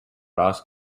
ross